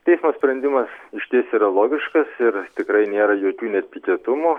teismo sprendimas išties yra logiškas ir tikrai nėra jokių netikėtumų